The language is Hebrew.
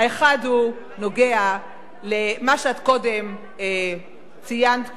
האחד נוגע למה שאת קודם ציינת כאן,